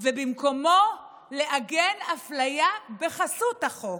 ובמקומו לעגן אפליה בחסות החוק.